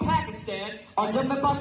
Pakistan